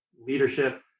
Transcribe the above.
leadership